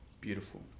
beautiful